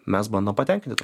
mes bandom patenkinti